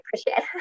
appreciate